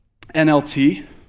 NLT